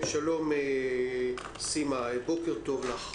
שלום סימה, בוקר טוב לך.